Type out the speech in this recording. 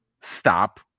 stop